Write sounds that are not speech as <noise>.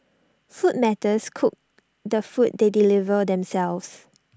food matters cook the food they <unintelligible> deliver themselves